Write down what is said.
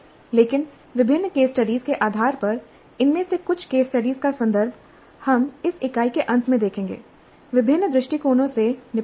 लेकिन विभिन्न case study के आधार पर इनमें से कुछ केस स्टडी का संदर्भ हम इस इकाई के अंत में देखेंगे विभिन्न दृष्टिकोणों से निपटेंगे